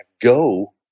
go